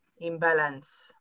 imbalance